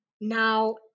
now